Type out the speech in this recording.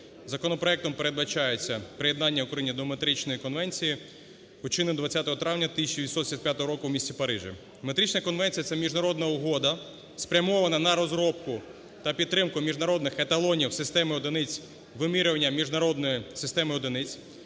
Законопроектом передбачається приєднання України до Метричної конвенції, учиненої 20 травня 1875 року в місті Парижі. Метрична конвенція – це міжнародна угода, спрямована на розробку та підтримку міжнародних еталонів системи одиниць вимірювання міжнародної системи одиниць.